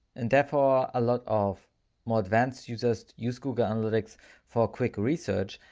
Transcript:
and therefore a lot of more advanced users use google analytics for quick research